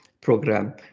program